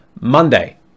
Monday